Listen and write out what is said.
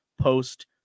post